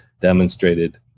demonstrated